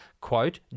Quote